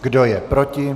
Kdo je proti?